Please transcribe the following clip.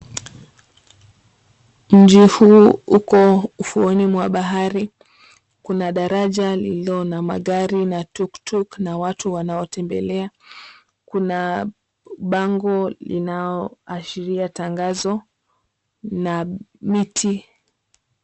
Mji huu uko ufuoni mwa bahari. Kuna daraja lililo na magari na tukutuku, kuna watu wanaotembelea. Kuna bango linaashiria tangazo na miti.